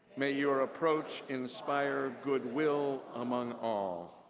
may your approach inspire good will among all.